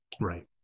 Right